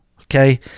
okay